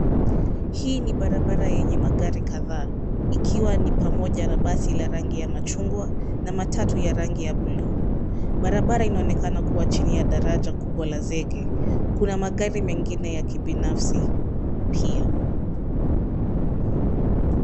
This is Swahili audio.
Hii ni barabara yenye magari kadhaa ikiwa ni pamoja na basi la rangi ya machungwa na matatu ya rangi ya blue . Barabara inaonekana kuwa chini ya daraja kubwa la zege. Kuna magari mengine yakibinafsi pia.